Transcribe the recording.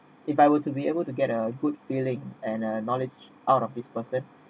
if I were to be able to get a good feeling and a knowledge out of this person